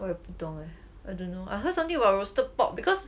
oh 我不懂 eh I don't know I heard something about roasted pork because